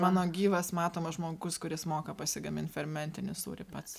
mano gyvas matomas žmogus kuris moka pasigamint fermentinį sūrį pats